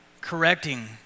correcting